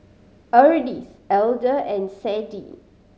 Ardyce Elder and Sadie